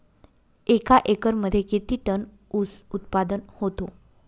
एका एकरमध्ये किती टन ऊस उत्पादन होतो?